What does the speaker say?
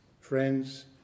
friends